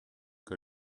que